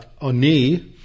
oni